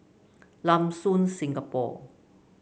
Lam Soon Singapore